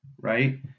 Right